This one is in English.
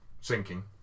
Sinking